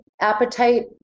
appetite